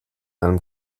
einem